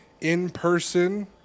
in-person